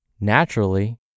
naturally